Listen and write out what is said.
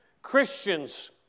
Christians